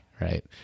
Right